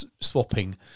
Swapping